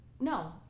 No